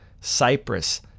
Cyprus